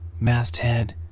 Masthead